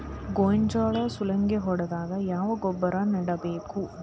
ಗೋಂಜಾಳ ಸುಲಂಗೇ ಹೊಡೆದಾಗ ಯಾವ ಗೊಬ್ಬರ ನೇಡಬೇಕು?